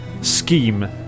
scheme